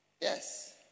Yes